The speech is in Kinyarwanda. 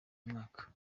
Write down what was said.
mwaka